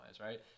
right